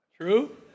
True